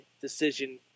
decision